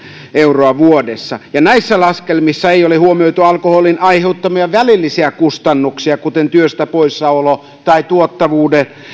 euroa vuodessa ja näissä laskelmissa ei ole huomioitu alkoholin aiheuttamia välillisiä kustannuksia kuten työstä poissaoloa tai tuottavuuden